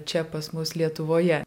čia pas mus lietuvoje